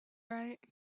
right